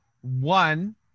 one